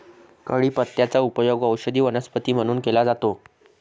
कढीपत्त्याचा उपयोग औषधी वनस्पती म्हणून केला जातो